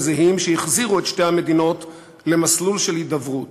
זהים שהחזירו את שתי המדינות למסלול של הידברות.